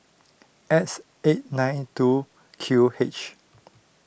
X eight nine two Q H